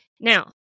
Now